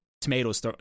tomatoes